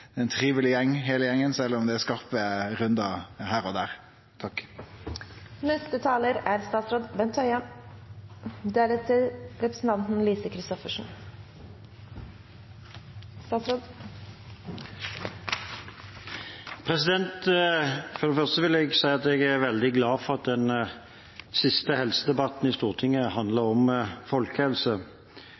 ein triveleg gjeng heile gjengen sjølv om det er skarpe rundar her og der. For det første vil jeg si at jeg er veldig glad for at den siste helsedebatten i Stortinget denne sesjonen handler om folkehelse.